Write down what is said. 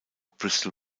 bristol